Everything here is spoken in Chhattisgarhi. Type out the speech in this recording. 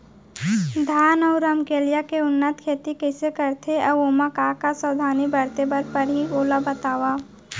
धान अऊ रमकेरिया के उन्नत खेती कइसे करथे अऊ ओमा का का सावधानी बरते बर परहि ओला बतावव?